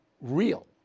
real